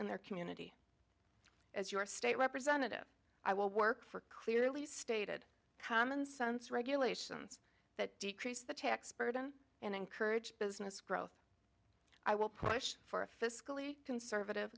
in their community as your state representative i will work for clearly stated common sense regulations that decrease the tax burden and encourage business growth i will push for a fiscally conservative